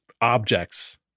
objects